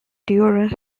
during